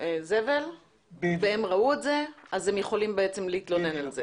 זבל והם ראו את זה אז הם יכולים להתלונן על זה?